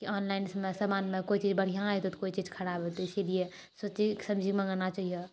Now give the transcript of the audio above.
कि ऑनलाइनसँ समान मङ्गेलहा समानमे कोइ चीज बढ़िआँ एतै तऽ कोइ चीज खराब एतै इसीलिए सोची समझी मङ्गाना चाहिए